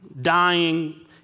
dying